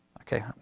Okay